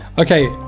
Okay